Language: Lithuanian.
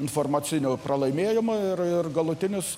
informacinį pralaimėjimą ir ir galutinis